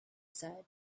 said